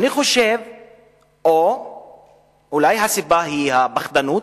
או אולי הסיבה היא הפחדנות,